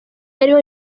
yariho